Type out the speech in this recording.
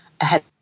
ahead